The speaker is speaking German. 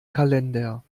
kalender